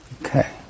Okay